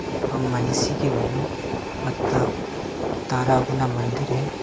हम महिषीके भेलहुँ एतऽ तारा उगना मन्दिर अहि